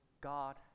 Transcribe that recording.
God